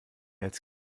als